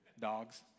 dogs